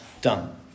done